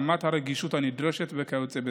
רמת הרגישות הנדרשת וכיוצא בזה,